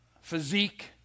physique